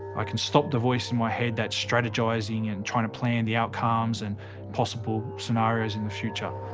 i can stop the voice in my head that's strategising and trying to plan the outcomes and possible scenarios in the future.